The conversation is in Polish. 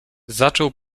zaczął